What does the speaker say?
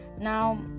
Now